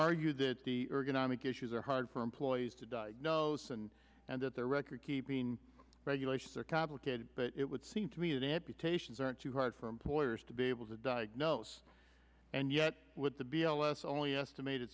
argue that the ergonomic issues are hard for employees to diagnose and and that their record keeping regulations are complicated but it would seem to me that amputations aren't too hard for employers to be able to diagnose and yet with the b l s only estimated